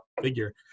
figure